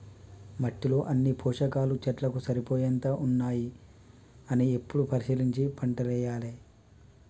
మట్టిలో అన్ని పోషకాలు చెట్లకు సరిపోయేంత ఉన్నాయా అని ఎప్పుడు పరిశీలించి పంటేయాలే